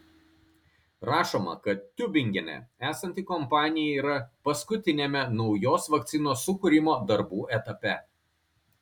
rašoma kad tiubingene esanti kompanija yra paskutiniame naujos vakcinos sukūrimo darbų etape